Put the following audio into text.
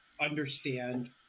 understand